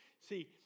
See